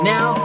Now